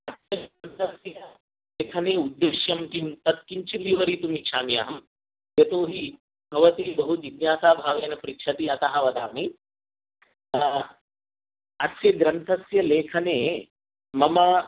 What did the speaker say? अस्य ग्रन्थस्य लेखने उद्दिश्यं किं तत्किञ्चित् विवरितुमिच्छामि अहं यतो हि भवती बहु जिज्ञासाभावेन पृच्छति अतः वदामि अस्य ग्रन्थस्य लेखने मम